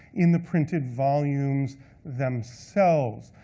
in the printed volumes themselves.